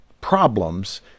problems